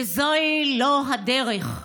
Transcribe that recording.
וזוהי לא הדרך.